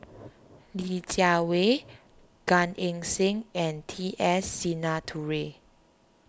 Li Jiawei Gan Eng Seng and T S Sinnathuray